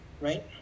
right